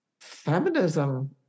feminism